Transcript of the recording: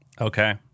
Okay